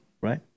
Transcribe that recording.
Right